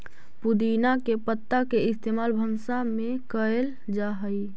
पुदीना के पत्ता के इस्तेमाल भंसा में कएल जा हई